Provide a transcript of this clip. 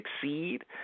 succeed